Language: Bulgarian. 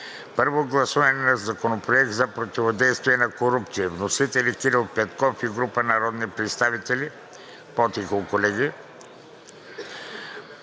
Първо гласуване на Законопроекта за противодействие на корупцията. Вносители са Кирил Петков и група народни представители на 19 октомври